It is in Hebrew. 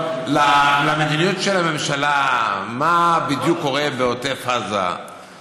למדיניות של הממשלה, מה בדיוק קורה בעוטף עזה זה